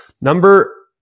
Number